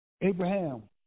Abraham